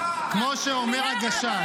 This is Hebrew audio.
כמו שאומר הגשש.